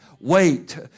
Wait